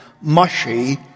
mushy